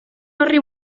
horri